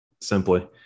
simply